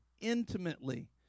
intimately